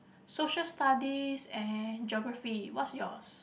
social studies and geography what's yours